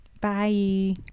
Bye